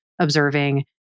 observing